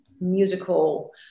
musical